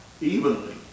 evenly